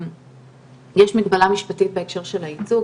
יש מגבלה משפטית בהקשר של הייצוג,